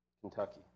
Kentucky